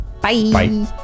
Bye